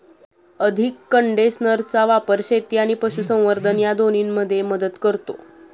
अधिक कंडेन्सरचा वापर शेती आणि पशुसंवर्धन या दोन्हींमध्ये मदत करतो